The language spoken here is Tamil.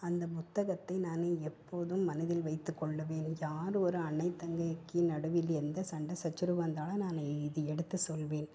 அந்த புத்தகத்தை நான் எப்போதும் மனதில் வைத்துக் கொள்ளுவேன் யார் ஒரு அண்ணை தங்கைக்கு நடுவில் எந்த சண்டை சச்சரவு வந்தாலும் நான் இது எடுத்து சொல்வேன்